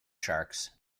sharks